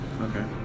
Okay